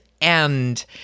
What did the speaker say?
end